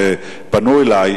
שפנו אלי,